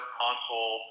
console